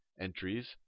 entries